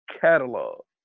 catalog